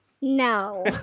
No